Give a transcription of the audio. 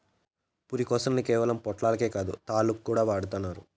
పురికొసని కేవలం పొట్లాలకే కాదు, తాళ్లుగా కూడా వాడతండారు